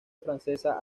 francesa